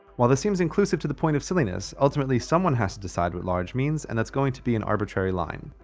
while this seems inclusive to the point of silliness, ultimately someone has to decide what large means and that's going to be an arbitrary line.